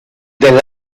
del